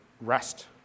rest